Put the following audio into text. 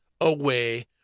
away